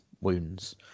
wounds